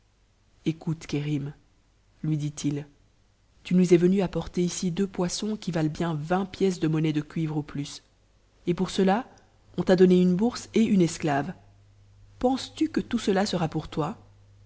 écoute kérim lui dit-il tu nous es venu apporter ici deux poissons qui valent bien ving pièces de monnaie de cuivre au plus et pour cela on t'a donné une bourse et une esclave penses-tu que tout cela sera pour toi